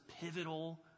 pivotal